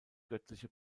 göttliche